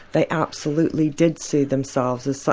they absolutely did see themselves as,